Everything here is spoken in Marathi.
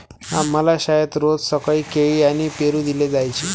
आम्हाला शाळेत रोज सकाळी केळी आणि पेरू दिले जायचे